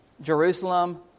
Jerusalem